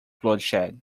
bloodshed